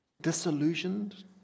disillusioned